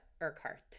Urquhart